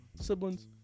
siblings